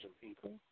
people